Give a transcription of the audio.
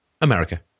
America